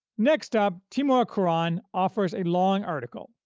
next up, timur kuran offers a long article,